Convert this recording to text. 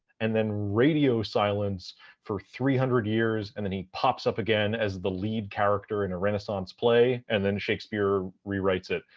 and then radio silence for three hundred years, and then he pops up again as the lead character in a renaissance play, and then shakespeare rewrites it,